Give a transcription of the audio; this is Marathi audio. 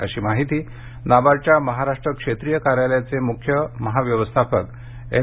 अशी माहिती नाबार्डच्या महाराष्ट्र क्षेत्रिय कार्यालयाचे मुख्य महाप्रबंधक एल